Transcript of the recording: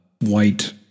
white